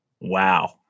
Wow